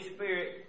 Spirit